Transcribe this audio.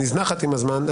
נזנחת עם הזמן.